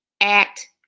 act